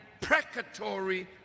precatory